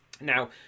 Now